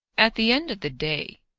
at the end of the day,